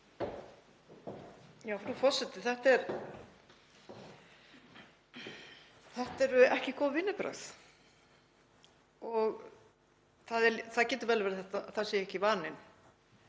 Frú forseti. Þetta eru ekki góð vinnubrögð. Það getur vel verið að það sé ekki vaninn